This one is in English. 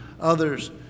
others